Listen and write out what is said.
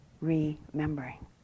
remembering